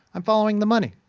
um following the money.